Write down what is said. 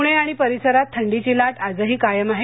पुणे आणि परिसरात थंडीची लाट आजही कायम आहे